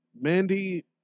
Mandy